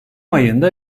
ayında